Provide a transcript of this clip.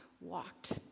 walked